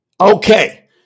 Okay